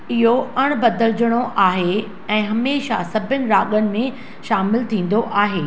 इहो अणि बदिलजणो आहे ऐं हमेशह सभिनि राॻनि में शामिलु थींदो आहे